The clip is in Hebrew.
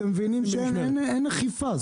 אתם מבינים שאין אכיפה.